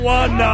one